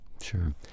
Sure